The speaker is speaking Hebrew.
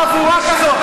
אנחנו חבורה כזאת,